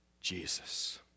Jesus